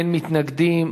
אין מתנגדים.